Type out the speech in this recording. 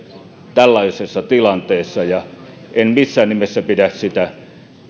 tällaisessa tilanteessa ja en missään nimessä pidä sitä